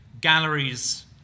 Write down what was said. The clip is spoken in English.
galleries